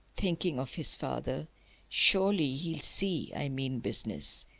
thinking of his father surely he'll see i mean business!